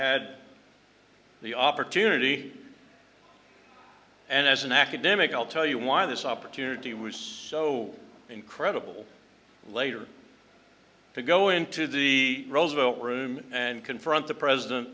had the opportunity and as an academic i'll tell you why this opportunity was so incredible later to go into the roosevelt room and confront the president